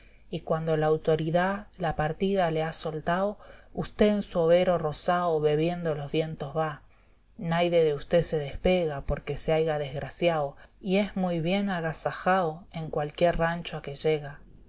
y cuando da autoridá la partida le ha soltao usté en su overo rosao bebiendo los vientos va naide de usté se despega porque se aiga desgraciao y es muy bien agasajao en cualquier rancho a que llega